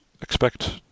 expect